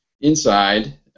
inside